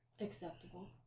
Acceptable